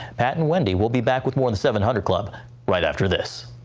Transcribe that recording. pat and wendy will be back with more of the seven hundred club right after this.